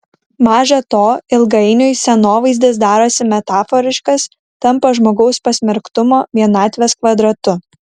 maža to ilgainiui scenovaizdis darosi metaforiškas tampa žmogaus pasmerktumo vienatvės kvadratu